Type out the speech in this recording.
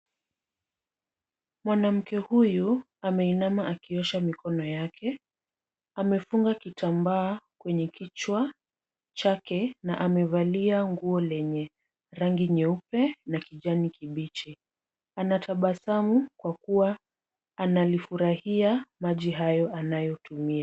Mwanamke huyu ameinama akiosha mikono yake. Amefunga kitambaa kwenye kichwa chake na amevalia nguo lenye rangi nyeupe na kijani kibichi. Anatabasamu kwa kuwa analifurahia maji hayo anayotumia.